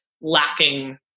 lacking